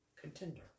contender